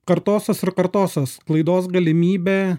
kartosiuos ir kartosiuos klaidos galimybė